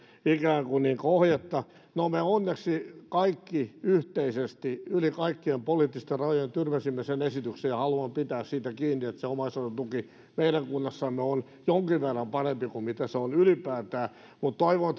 ikään kuin ohjetta no me onneksi kaikki yhteisesti yli kaikkien poliittisten rajojen tyrmäsimme sen esityksen ja haluan pitää siitä kiinni että se omaishoidon tuki meidän kunnassamme on jonkin verran parempi kuin mitä se on ylipäätään mutta toivon